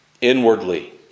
inwardly